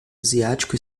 asiático